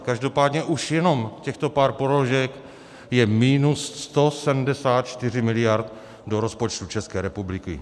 Každopádně už jenom těchto pár položek je minus 174 miliard do rozpočtu České republiky.